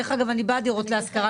אגב, אני בעד דירות להשכרה.